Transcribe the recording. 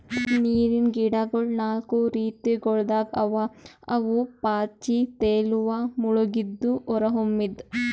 ನೀರಿನ್ ಗಿಡಗೊಳ್ ನಾಕು ರೀತಿಗೊಳ್ದಾಗ್ ಅವಾ ಅವು ಪಾಚಿ, ತೇಲುವ, ಮುಳುಗಿದ್ದು, ಹೊರಹೊಮ್ಮಿದ್